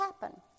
happen